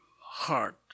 heart